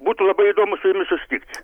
būtų labai įdomu su jumis susitikt